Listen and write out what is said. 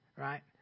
Right